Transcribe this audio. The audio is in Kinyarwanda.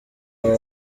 aba